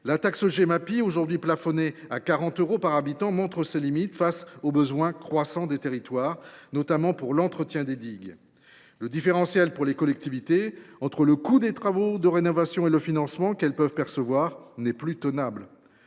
La taxe Gemapi, aujourd’hui plafonnée à 40 euros par habitant, montre ses limites face aux besoins croissants des territoires, notamment pour l’entretien des digues. Le différentiel pour les collectivités entre le coût des travaux de rénovation et le financement qu’elles peuvent percevoir n’est plus tenable.